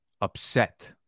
Upset